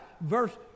verse